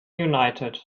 united